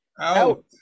Out